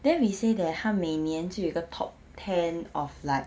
then we say that 他每年就有一个 top ten of like